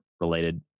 related